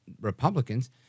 Republicans